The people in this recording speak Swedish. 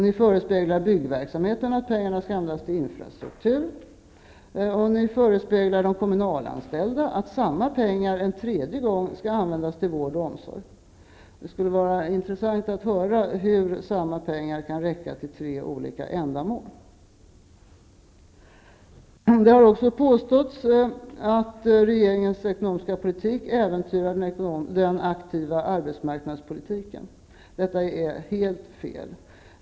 Ni förespeglar byggverksamheten att pengarna skall användas till infrastruktur. Ni förespeglar de kommunalanställda att samma pengar skall användas till vård och omsorg. Det skulle vara intressant att höra hur samma pengar kan räcka till tre olika ändamål. Det har också påståtts att regeringens ekonomiska politik äventyrar den aktiva arbetsmarknadspolitiken. Detta är helt fel.